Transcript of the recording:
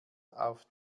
auf